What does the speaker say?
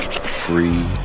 Free